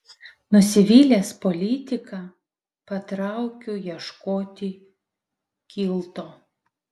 nusivylęs politika patraukiu ieškoti kilto